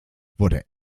wurde